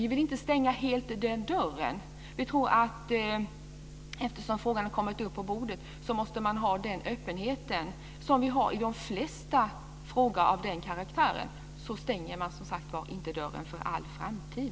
Vi vill inte helt stänga den dörren. Vi tror att man, eftersom frågan har kommit upp på bordet, måste ha den öppenhet som finns i de flesta frågor av den karaktären. Man stänger alltså inte dörren för all framtid.